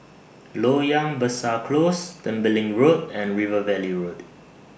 Loyang Besar Close Tembeling Road and River Valley Road